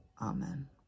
Amen